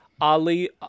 ali